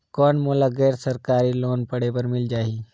कौन मोला गैर सरकारी लोन पढ़े बर मिल जाहि?